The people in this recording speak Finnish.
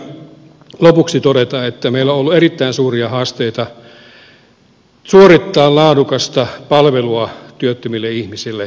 halusin vielä lopuksi todeta että meillä on ollut erittäin suuria haasteita suorittaa laadukasta palvelua työttömille ihmisille työvoimatoimistoissa